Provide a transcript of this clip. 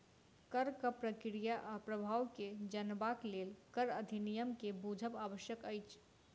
करक प्रक्रिया आ प्रभाव के जनबाक लेल कर अधिनियम के बुझब आवश्यक अछि